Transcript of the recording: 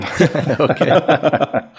Okay